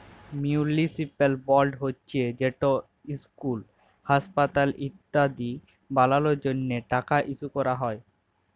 municipal bond হছে যেট school, হাঁসপাতাল ইত্যাদি বালালর জ্যনহে টাকা ইস্যু ক্যরা হ্যয়